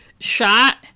shot